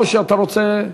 או שאתה רוצה,